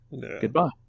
Goodbye